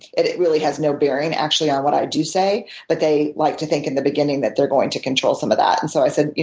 it it really has no bearing, actually, on what i do say. but they like to think in the beginning that they're going to control some of that. and so i said,